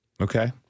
Okay